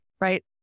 right